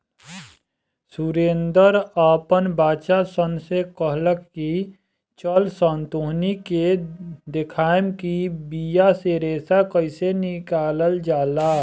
सुरेंद्र आपन बच्चा सन से कहलख की चलऽसन तोहनी के देखाएम कि बिया से रेशा कइसे निकलाल जाला